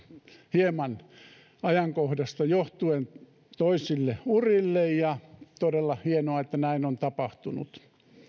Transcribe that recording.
ajankohdasta johtuen hieman toisille urille ja on todella hienoa että näin on tapahtunut